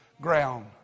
ground